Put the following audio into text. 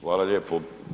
Hvala lijepo.